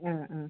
ആ ആ